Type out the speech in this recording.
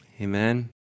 Amen